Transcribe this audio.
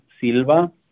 Silva